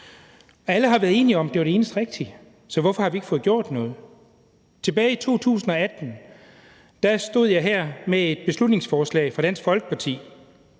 Alle har været enige om, at det var det eneste rigtige, så hvorfor har vi ikke fået gjort noget? Tilbage i 2018 stod jeg her med et beslutningsforslag fra Dansk Folkeparti.